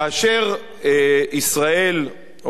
כאשר ישראל,